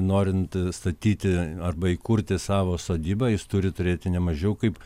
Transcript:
norint statyti arba įkurti savo sodybą jis turi turėti ne mažiau kaip